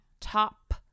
Top